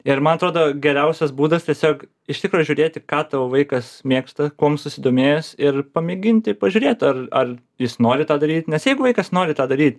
ir man atrodo geriausias būdas tiesiog iš tikro žiūrėti ką tavo vaikas mėgsta kuom jis susidomėjęs ir pamėginti pažiūrėt ar ar jis nori tą daryt nes jeigu vaikas nori tą daryt